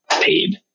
paid